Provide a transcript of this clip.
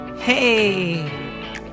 Hey